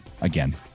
again